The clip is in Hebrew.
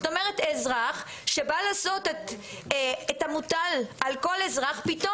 זאת אומרת אזרח שבא לעשות את המוטל על כל אזרח פתאום